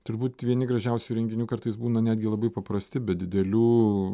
turbūt vieni gražiausių renginių kartais būna netgi labai paprasti be didelių